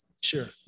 Sure